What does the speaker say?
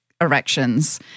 erections